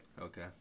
okay